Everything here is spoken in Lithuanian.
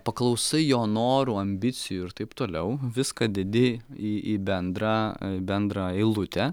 paklausai jo norų ambicijų ir taip toliau viską dedi į į bendrą bendrą eilutę